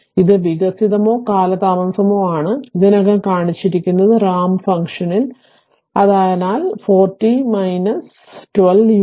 അത് വികസിതമോ കാലതാമസമോ ആണ് ഇതിനകം കാണിച്ചിരിക്കുന്നത് റാമ്പ് ഫംഗ്ഷനിൽ വലത് അതിനാൽ 4 rt 3 12 ut 3